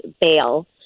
bail